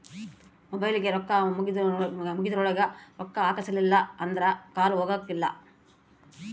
ಮೊಬೈಲಿಗೆ ರೊಕ್ಕ ಮುಗೆದ್ರೊಳಗ ರೊಕ್ಕ ಹಾಕ್ಸಿಲ್ಲಿಲ್ಲ ಅಂದ್ರ ಕಾಲ್ ಹೊಗಕಿಲ್ಲ